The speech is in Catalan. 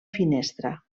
finestra